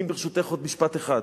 ברשותך, עוד משפט אחד.